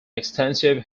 extensive